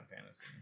fantasy